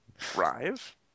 Drive